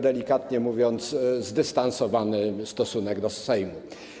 Delikatnie mówiąc, ma zdystansowany stosunek do Sejmu.